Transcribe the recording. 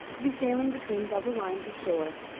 to be sailing between double lines of shore,